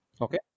okay